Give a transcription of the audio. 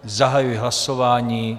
Zahajuji hlasování.